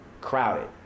crowded